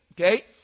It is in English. okay